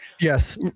Yes